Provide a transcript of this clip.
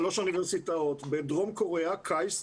אני יועץ לשלוש אוניברסיטאות, בדרום קוריאה KAIST,